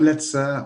המלצה,